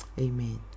Amen